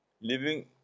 living